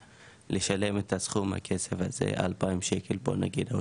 לשלם את הסכום הכסף הזה 2,000 שקל בוא נגיד,